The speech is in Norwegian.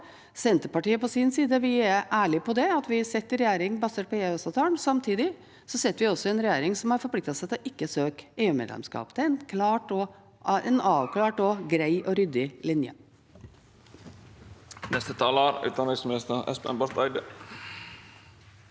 Senterpartiet på sin side er ærlig på at vi sitter i regjering basert på EØS-avtalen. Samtidig sitter vi i en regjering som har forpliktet seg til å ikke søke EU-medlemskap. Det er en avklart, grei og ryddig linje. Utenriksminister Espen Barth Eide